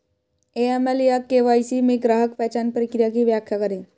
AML या KYC में ग्राहक पहचान प्रक्रिया की व्याख्या करें?